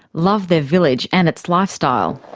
love their village and its lifestyle.